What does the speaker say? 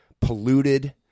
Polluted